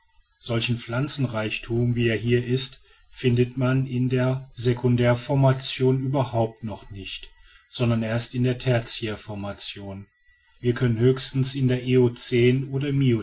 solchen pflanzenreichtum wie er hier ist findet man in der secundär formation überhaupt noch nicht sondern erst in der tertiär formation wir können höchstens in der eocän oder